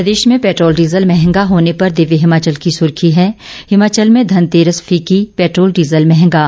प्रदेश में petrol diesel महंगा होने पर दिव्य हिमाचल की सुर्खी है हिमाचल में धनतेरस फीकी पेट्रोल डीजल महंगा